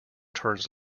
turns